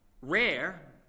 Rare